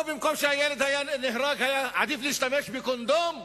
במקום שהילד היה נהרג עדיף היה להשתמש בקונדום?